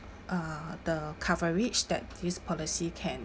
uh the coverage that this policy can